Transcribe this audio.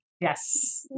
Yes